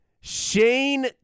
Shane